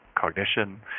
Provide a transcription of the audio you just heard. cognition